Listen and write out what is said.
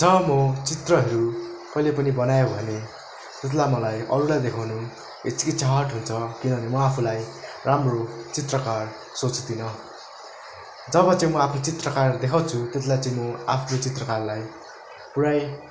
जब म चित्रहरू कहिले पनि बनाएँ भनेँ त्यसलाई मलाई अरूलाई देखाउनु हिचकिचाहट हुन्छ किनभने म आफूलाई राम्रो चित्रकार सोच्दिनँ जब चाहिँ म आफ्नो चित्रकार देखाउँछु त्यति बेला चाहिँ म आफ्नो चित्रकारलाई पुरै